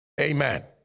Amen